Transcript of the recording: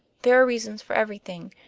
there are reasons for everything,